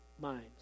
minds